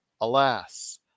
alas